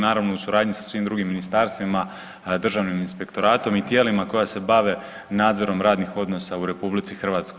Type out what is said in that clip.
Naravno u suradnji sa svim drugim ministarstvima, Državnim inspektoratom i tijelima koja se bave nadzorom radnih odnosa u RH.